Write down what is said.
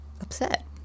upset